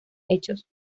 hechos